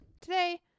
Today